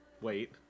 wait